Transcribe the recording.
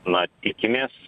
na tikimės